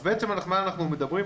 אז בעצם על מה אנחנו מדברים?